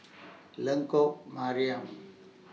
Lengkok Mariam